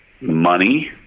money